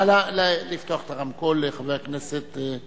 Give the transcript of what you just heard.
תודה, אדוני, נא לפתוח את הרמקול לחבר הכנסת לוין.